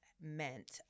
meant